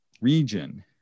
region